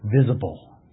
visible